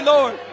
Lord